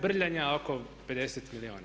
Brljanja oko 50 milijuna.